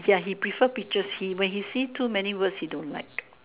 ya he prefer pictures he when he see too many words he don't like